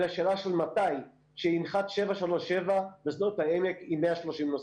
אלא שאלה של מתי ינחת 737 בשדות העמק עם 130 נוסעים.